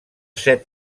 set